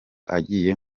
agiye